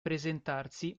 presentarsi